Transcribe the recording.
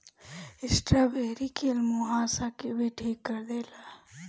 strawberry कील मुंहासा के भी ठीक कर देला